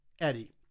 Eddie